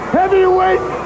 heavyweight